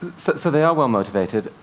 so they are well-motivated.